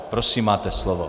Prosím, máte slovo.